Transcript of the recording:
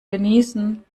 genießen